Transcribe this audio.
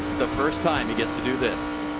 first time he gets to do this.